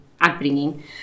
upbringing